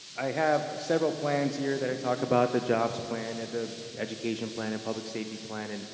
i have several plans here that i talk about the jobs plan and the education plan, and public safety plan. and